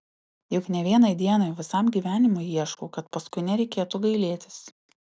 juk ne vienai dienai o visam gyvenimui ieškau kad paskui nereikėtų gailėtis